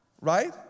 right